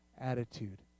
attitude